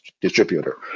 distributor